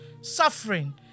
suffering